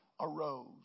arose